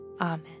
Amen